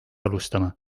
alustama